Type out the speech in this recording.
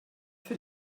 für